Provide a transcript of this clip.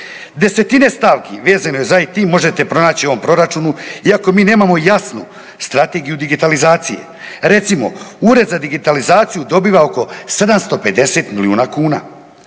Desetine stavki vezano za IT možete pronaći u ovom proračunu iako mi nemamo jasnu strategiju digitalizacije. Recimo, Ured za digitalizaciju dobiva oko 750 milijuna kuna.